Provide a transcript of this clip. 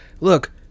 Look